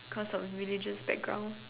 cause of religious background